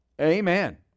Amen